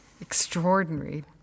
extraordinary